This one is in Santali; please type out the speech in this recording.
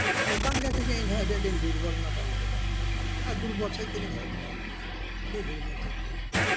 ᱚᱱᱠᱟ ᱞᱮᱠᱟᱛᱮ ᱤᱧᱦᱚᱸ ᱟᱹᱰᱤ ᱟᱸᱴᱤᱧ ᱫᱩᱨᱵᱚᱞ ᱮᱱᱟ ᱛᱟᱭᱚᱢ ᱛᱮᱫᱚ ᱫᱩᱨᱵᱚᱞ ᱥᱮᱜ ᱛᱮᱜᱤᱧ ᱦᱮᱡ ᱱᱟ ᱟᱨᱠᱤ ᱟᱹᱰᱤ ᱫᱩᱨᱵᱚᱞ ᱥᱮᱜ ᱜᱮ